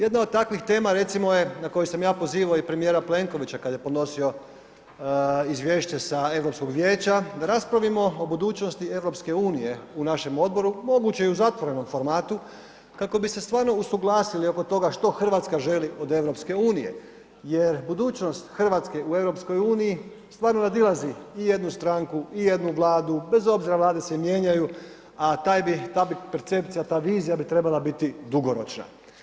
Jedna od takvih tema recimo je, na koju sam ja pozivao i premijera Plenkovića kad je podnosio izvješće sa Europskog vijeća, da raspravimo o budućnosti EU u našem odboru, moguće je i u zatvorenom formatu kako bi se stvarno usuglasili oko toga što RH želi od EU jer budućnost RH u EU stvarno nadilazi i jednu stranku i jednu Vladu, bez obzira Vlade se mijenjaju, a taj bi, ta bi percepcija, ta vizija bi trebala biti dugoročna.